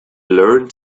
learned